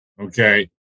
Okay